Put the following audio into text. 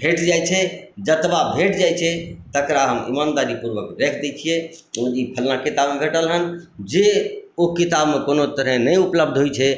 भेट जाइत छै जतबा भेट जाइत छै तकरा हम ईमानदारीपूर्वक राखि दय छियै फलना किताबमे भेटल हन जे ओ किताबमे कओनो तरहे नहि उपलब्ध होइत छै